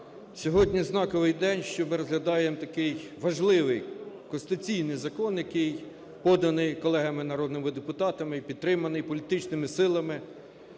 Сьогодні знаковий день, що ми розглядаємо такий важливий конституційний закон, який поданий колегами - народними депутатами і підтриманий політичними силами